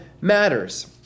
matters